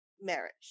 marriage